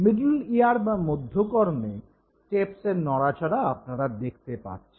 middle ear বা মধ্যকর্ণে স্টেপসের নড়াচড়া আপনারা দেখতে পাচ্ছেন